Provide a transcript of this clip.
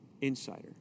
insider